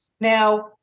Now